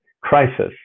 crisis